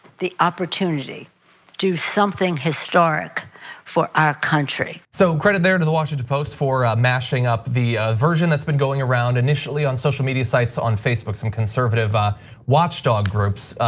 the opportunity do something historic for our country. so credit there to the washington post for mashing up the version that's been going around initially on social media sites on facebook, and conservative ah watch dog groups.